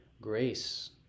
grace